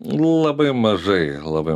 labai mažai labai